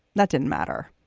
that didn't matter.